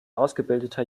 ausgebildeter